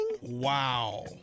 Wow